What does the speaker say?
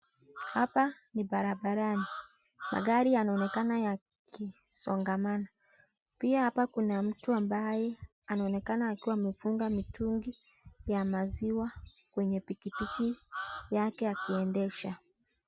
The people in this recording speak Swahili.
Hapa ni barabarani , magari yanaonekana yakisongamana , pia hapa kuna mtu ambaye anaonekana akiwa amebeba mitungi ya maziwa kwenye pikipiki yake akiendesha .